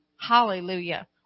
Hallelujah